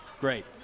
great